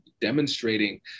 demonstrating